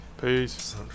Peace